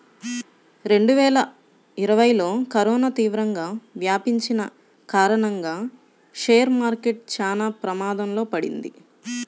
రెండువేల ఇరవైలో కరోనా తీవ్రంగా వ్యాపించిన కారణంగా షేర్ మార్కెట్ చానా ప్రమాదంలో పడింది